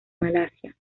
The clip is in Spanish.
malasia